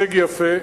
הישג יפה,